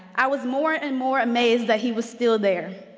i was more and more amazed that he was still there,